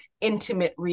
intimate